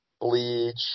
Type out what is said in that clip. Bleach